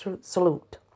salute